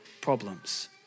problems